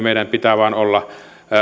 meidän pitää vain olla